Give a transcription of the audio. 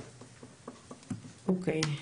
אוקיי.